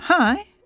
Hi